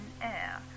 air